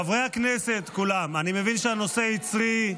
חברי הכנסת כולם, אני מבין שהנושא יצרי.